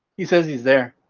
he says he's there.